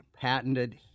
patented